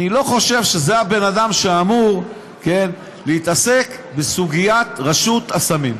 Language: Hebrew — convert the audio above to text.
אני לא חושב שזה הבן אדם שאמור להתעסק בסוגיית רשות הסמים,